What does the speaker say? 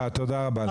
תודה רבה לכם.